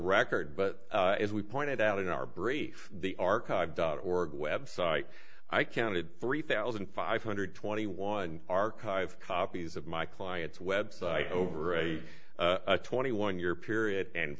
record but as we pointed out in our brief the archive dot org website i counted three thousand five hundred twenty one archive copies of my client's website over a twenty one year period and